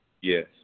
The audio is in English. Yes